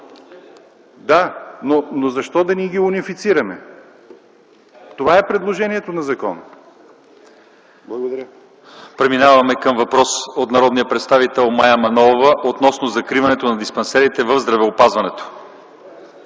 Да, но защо да не ги унифицираме? Това е предложението на закона. Благодаря.